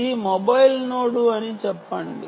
ఇది mobile node అని అనుకుందాం